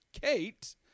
Kate